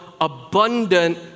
abundant